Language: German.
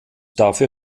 dafür